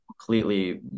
completely